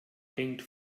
hängt